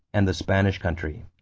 and the spanish country.